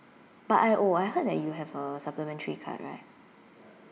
but I oh I heard that you have a supplementary card right